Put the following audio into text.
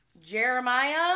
Jeremiah